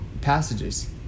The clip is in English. passages